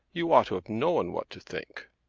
you ought to have known what to think.